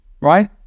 right